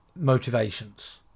motivations